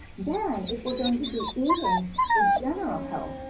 then if we're going to be eating for general health,